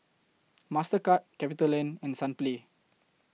Mastercard CapitaLand and Sunplay